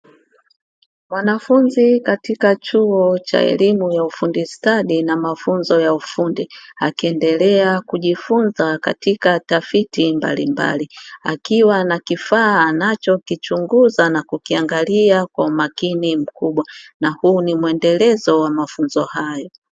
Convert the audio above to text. Wanafunzi katika chuo cha elimu ya ufundi stadi na mafunzo ya ufundi akiendelea kujifunza katika tafiti mbalimbali akiwa na kifaa anacho kichunguza na kukiangalia kwa umakini mkubwa. Na huu ni muendelezo wa mafunzo hayo.